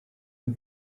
dem